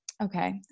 Okay